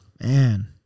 Man